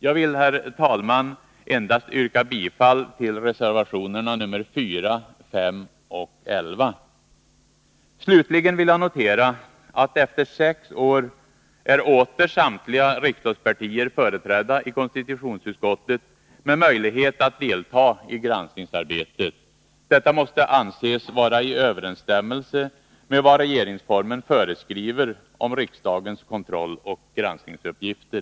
Jag vill, herr talman, endast yrka bifall till reservationerna 4, 5 och 11. Slutligen vill jag notera att efter sex år är åter samtliga riksdagspartier företrädda i konstitutionsutskottet med möjlighet att delta i granskningsarbetet. Detta måste anses vara i överensstämmelse med vad regeringsformen föreskriver om riksdagens kontrolloch granskningsuppgifter.